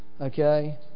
Okay